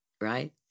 right